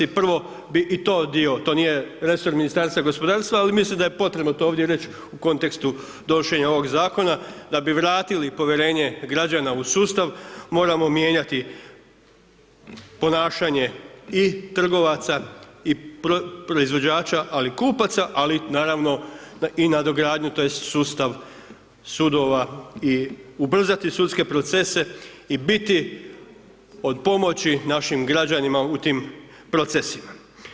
Prvo bi i to dio, to nije resor Ministarstva gospodarstva, ali mislim da je potrebno to ovdje reć u kontekstu donošenja ovog zakona, da bi vratili povjerenje građana u sustav moramo mijenjati ponašanje i trgovaca i proizvođača ali i kupaca, ali naravno i nadogradnju tj. sustav sudova i ubrzati sudske procese i biti od pomoći našim građanima u tim procesima.